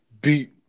beat